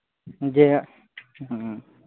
ᱡᱮ ᱦᱮᱸ